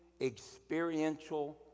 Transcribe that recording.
experiential